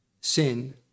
sin